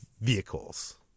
vehicles